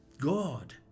God